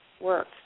work